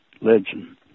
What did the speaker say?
legend